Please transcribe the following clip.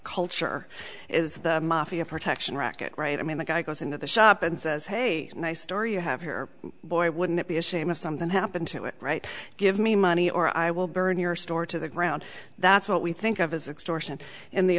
culture is the mafia protection racket right i mean the guy goes into the shop and says hey nice story you have here boy wouldn't it be a shame if something happened to it right give me money or i will burn your store to the ground that's what we think of as extortion in the